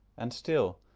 and still,